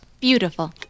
Beautiful